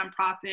nonprofit